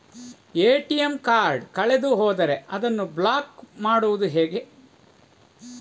ATM card ಕಳೆದು ಹೋದರೆ ಅದನ್ನು ಬ್ಲಾಕ್ ಮಾಡುವುದು ಹೇಗೆ?